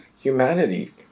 humanity